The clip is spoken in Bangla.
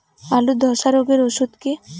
আলুর ধসা রোগের ওষুধ কি?